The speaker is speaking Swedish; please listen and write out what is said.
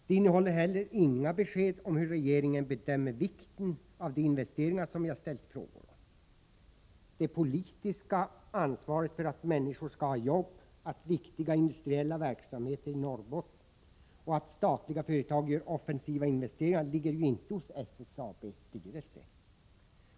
Det innehåller heller inga besked om hur regeringen bedömer = ;I uleå vikten av de investeringar som jag ställt frågor om. Det politiska ansvaret för att människor har jobb, att viktiga industriella verksamheter finns i Norrbotten och att statliga företag gör offensiva investeringar ligger ju inte hos SSAB:s styrelse.